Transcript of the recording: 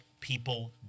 people